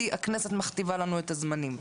כי הכנסת מכתיבה לנו את הזמנים.